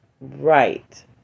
right